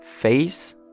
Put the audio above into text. face